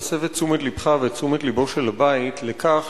להסב את תשומת לבך ואת תשומת לבו של הבית לכך